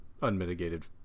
unmitigated